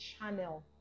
channel